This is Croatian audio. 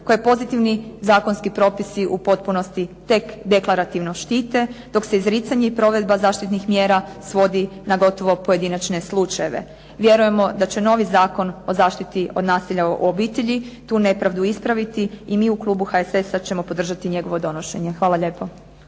koje pozitivni zakonski propisi u potpunosti tek deklarativno štite, dok se izricanje i provedba zaštitnih mjera svodi na gotovo pojedinačne slučajeva. Vjerujemo da će novi Zakon o zaštiti od nasilja u obitelji tu nepravdu ispraviti, i mi u klubu HSS-a ćemo podržati njegovo donošenje. Hvala lijepo.